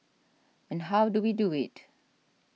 and how do we do it